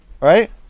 Right